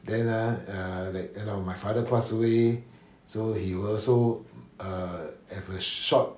then uh err like you know my father passed away so he will also err have a shock